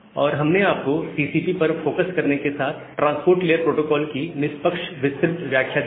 और हमने आपको टीसीपी पर फोकस करने के साथ ट्रांसपोर्ट लेयर प्रोटोकोल की निष्पक्ष विस्तृत व्याख्या दी है